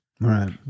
Right